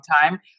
time